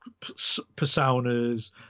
personas